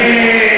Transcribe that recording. אני,